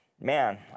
man